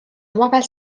omavahel